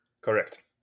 Correct